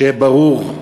שיהיה ברור,